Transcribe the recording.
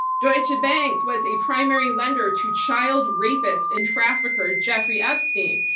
deutsche bank was a primary lender to child rapist and trafficker, jeffrey epstein,